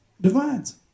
divides